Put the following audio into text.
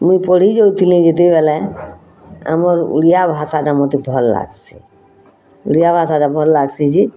ମୁଁଇ ପଢ଼ି ଯାଉଥିଲିଁ ଯେତେବେଲେଁ ଆମର୍ ଓଡ଼ିଆ ଭାଷା ଟା ମୋତେ ଭଲ୍ ଲାଗସି ଓଡ଼ିଆ ଭାଷା ଟା ଭଲ୍ ଲାଗସି ଯେ